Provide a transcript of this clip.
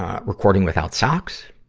ah recording without socks,